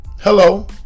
Hello